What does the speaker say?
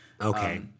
Okay